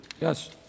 Yes